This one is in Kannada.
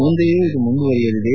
ಮುಂದೆಯೂ ಇದು ಮುಂದುವರೆಯಲಿದೆ